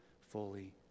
fully